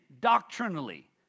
doctrinally